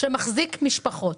שמחזיק משפחות.